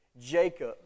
Jacob